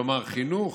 כלומר חינוך,